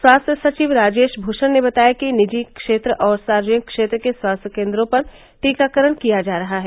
स्वास्थ्य सचिव राजेश भूषण ने बताया कि निजी क्षेत्र और सार्वजनिक क्षेत्र के स्वास्थ्य केन्द्रों पर टीकाकरण किया जा रहा है